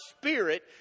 Spirit